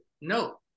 no